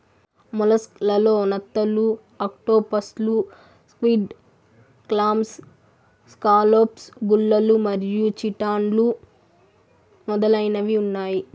mollusc లలో నత్తలు, ఆక్టోపస్లు, స్క్విడ్, క్లామ్స్, స్కాలోప్స్, గుల్లలు మరియు చిటాన్లు మొదలైనవి ఉన్నాయి